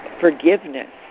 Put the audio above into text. Forgiveness